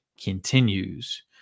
continues